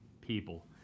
people